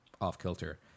off-kilter